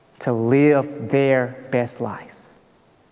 to live their best life.